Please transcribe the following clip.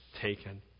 taken